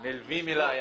נלווים אליי.